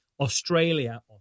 Australia